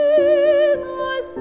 Jesus